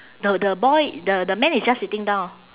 the the boy the the man is just sitting down